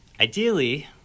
ideally